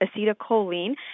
acetylcholine